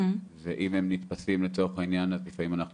ואם הם נתפסים לצורך העניין אז לפעמים אנחנו